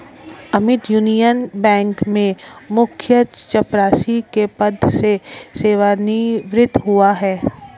Amit Union Bank में मुख्य चपरासी के पद से सेवानिवृत हुआ है